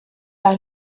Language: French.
par